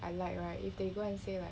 I like right if they go and say like